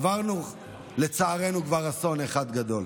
עברנו לצערנו כבר אסון אחד גדול.